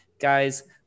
Guys